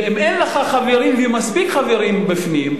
ואם אין לך חברים או מספיק חברים בפנים,